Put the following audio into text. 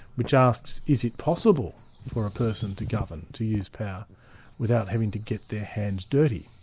which asks is it possible for a person to govern, to use power without having to get their hands dirty,